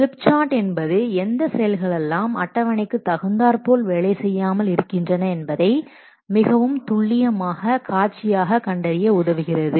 slip chart என்பது எந்த செயல்களெல்லாம் அட்டவணைக்கு தகுந்தார்போல் வேலை செய்யாமல் இருக்கின்றன என்பதை மிகவும் துள்ளியமாக காட்சியாக கண்டறிய உதவுகிறது